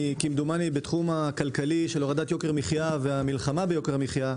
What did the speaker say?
בתחום הכלכלי של הורדת יוקר המחייה והמלחמה ביוקר המחייה